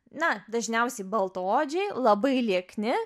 na dažniausiai baltaodžiai labai liekni